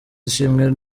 ishimwe